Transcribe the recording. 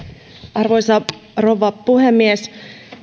arvoisa rouva puhemies